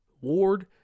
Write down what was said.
Ward